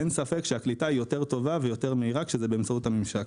אין ספק שהקליטה היא יותר טובה ויותר מהירה כשזה באמצעות הממשק.